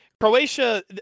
Croatia